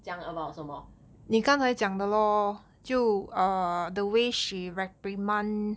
讲 about 什么